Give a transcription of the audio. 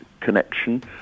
connection